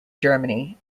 germany